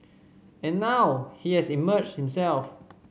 and now he has emerged himself